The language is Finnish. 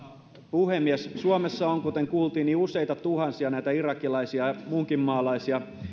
puhemies suomessa on kuten kuultiin useita tuhansia näitä irakilaisia ja muunkinmaalaisia